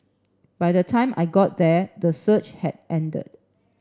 by the time I got there the surge had ended